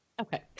Okay